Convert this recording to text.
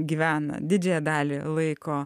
gyvena didžiąją dalį laiko